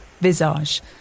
Visage